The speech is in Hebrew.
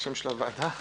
הוועדה